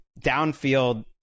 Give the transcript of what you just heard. downfield